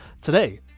today